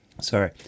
sorry